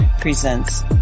Presents